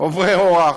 עוברי אורח.